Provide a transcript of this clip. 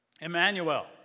Emmanuel